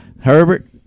Herbert